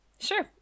Sure